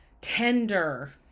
tender